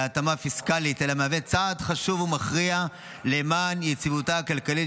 הבא על סדר-היום: הצעת חוק ההתייעלות הכלכלית